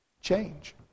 change